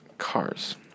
cars